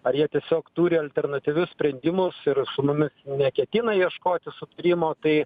ar jie tiesiog turi alternatyvius sprendimus ir su mumis neketina ieškoti sutarimo tai